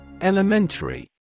Elementary